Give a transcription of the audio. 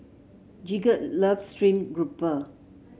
Gidget loves stream grouper